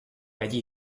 allí